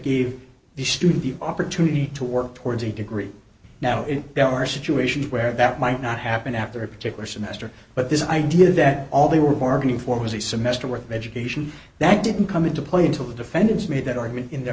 gave the student the opportunity to work towards a degree now there are situations where that might not happen after a particular semester but this idea that all they were marketing for was a semester worth of education that didn't come into play until the defendants made that argument in their